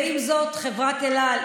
ועם זאת חברת אל על,